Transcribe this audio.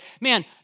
man